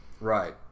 right